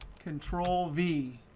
control v.